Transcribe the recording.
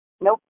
Nope